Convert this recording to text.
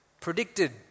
predicted